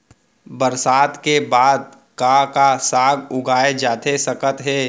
बरसात के बाद का का साग उगाए जाथे सकत हे?